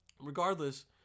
regardless